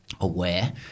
aware